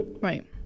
Right